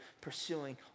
pursuing